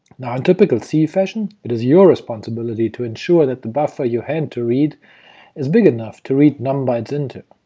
now in typical c fashion it is your responsibility to ensure that the buffer your hand to read two is big enough to read num bytes into.